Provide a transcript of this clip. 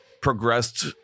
progressed